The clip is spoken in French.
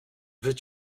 veux